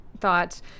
thoughts